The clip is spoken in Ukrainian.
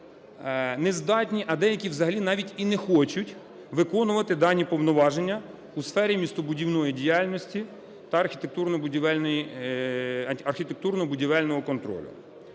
не здатні, а деякі взагалі навіть і не хочуть виконувати дані повноваження у сфері містобудівної діяльності та архітектурно-будівельного контролю.